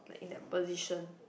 like in that position